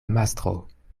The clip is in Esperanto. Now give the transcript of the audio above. mastro